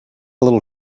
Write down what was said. little